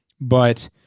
but-